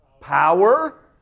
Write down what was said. power